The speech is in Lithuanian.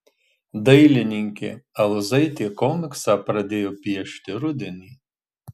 dailininkė aluzaitė komiksą pradėjo piešti rudenį